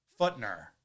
Footner